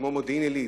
כמו מודיעין-עילית.